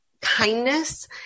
kindness